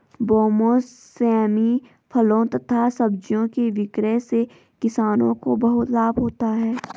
बेमौसमी फलों तथा सब्जियों के विक्रय से किसानों को बहुत लाभ होता है